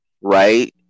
right